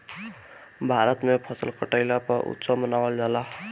भारत में फसल कटईला पअ उत्सव मनावल जाला